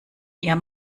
ihr